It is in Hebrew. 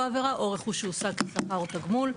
עבירה או רכוש שהוסט לשכר או תגמול.